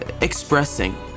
expressing